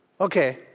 Okay